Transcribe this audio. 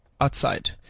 Outside